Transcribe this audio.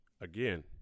again